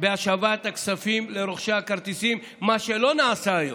בהשבת הכספים לרוכשי הכרטיסים, מה שלא נעשה היום.